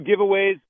giveaways